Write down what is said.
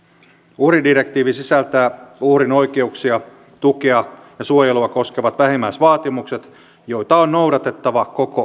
uhridirektiivi sisältää uhrin oikeuksia tukea ja suojelua koskevat vähimmäisvaatimukset joita on noudatettava koko eun alueella